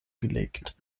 gelegt